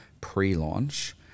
pre-launch